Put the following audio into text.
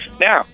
Now